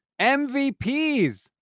MVPs